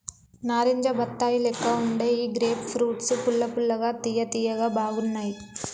నారింజ బత్తాయి లెక్క వుండే ఈ గ్రేప్ ఫ్రూట్స్ పుల్ల పుల్లగా తియ్య తియ్యగా బాగున్నాయ్